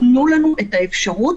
תנו לנו את האפשרות